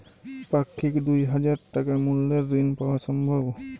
পাক্ষিক দুই হাজার টাকা মূল্যের ঋণ পাওয়া সম্ভব?